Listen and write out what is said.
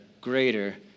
greater